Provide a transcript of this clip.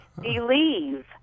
Believe